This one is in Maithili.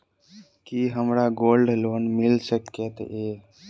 की हमरा गोल्ड लोन मिल सकैत ये?